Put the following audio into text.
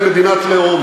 הרי ברור לגמרי,